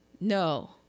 No